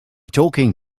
talking